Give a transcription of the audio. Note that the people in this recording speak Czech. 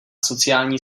sociální